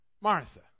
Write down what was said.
Martha